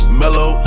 mellow